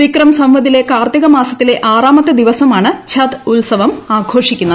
വിക്രം സംവദിലെ കാർത്തിക മാസത്തിലെ ആറാമത്തെ ദിവസമാണ് ഛത് ഉത്സവം ആഘോഷിക്കുന്നത്